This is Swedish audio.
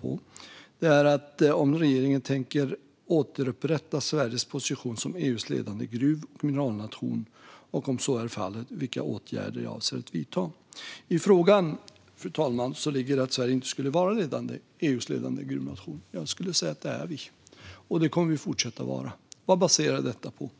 Hon undrade om regeringen tänker återupprätta Sveriges position som EU:s ledande gruv och mineralnation och, om så är fallet, vilka åtgärder jag avser att vidta. I frågan, fru talman, ligger det att Sverige inte skulle vara EU:s ledande gruvnation. Jag skulle säga att vi är det, och det kommer vi att fortsätta vara. Vad baserar jag det på?